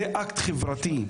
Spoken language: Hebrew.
ביקור חולים הוא אקט חברתי.